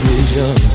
Vision